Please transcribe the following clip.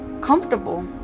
comfortable